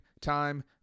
time